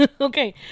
Okay